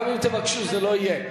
גם אם תבקשו זה לא יהיה,